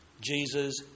Jesus